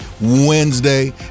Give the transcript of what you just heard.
Wednesday